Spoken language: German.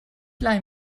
leih